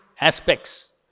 aspects